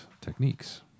techniques